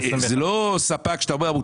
זה התשלום האחרון.